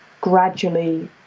gradually